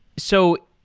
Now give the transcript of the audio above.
so,